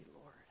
Lord